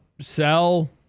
sell